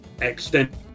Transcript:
extend